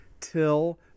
till